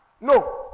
no